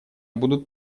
будут